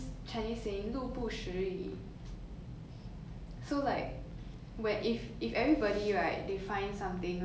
where if if everybody right they find something lost like they find an item that 不是不属于他们的 then they just leave it there